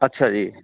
ਅੱਛਾ ਜੀ